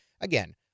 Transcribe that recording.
again